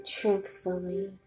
truthfully